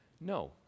No